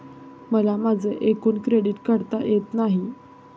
मला माझे एकूण क्रेडिट काढता येत नाही